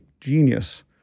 genius